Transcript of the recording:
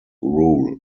rule